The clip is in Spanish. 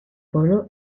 pueblo